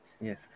Yes